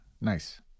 Nice